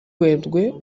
werurwe